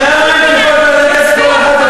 למה הן צריכות ללכת כל אחת,